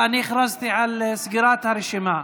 הכרזתי על סגירת הרשימה,